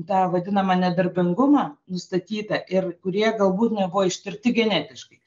tą vadinamą nedarbingumą nustatytą ir kurie galbūt nebuvo ištirti genetiškai